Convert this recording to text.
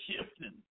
shifting